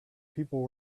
people